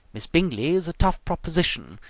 miss bingley is a tough proposition,